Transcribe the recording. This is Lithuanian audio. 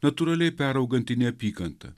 natūraliai peraugantį į neapykantą